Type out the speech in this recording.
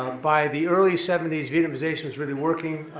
by the early seventy s, vietnamization was really working,